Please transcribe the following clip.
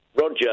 Roger